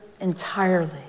entirely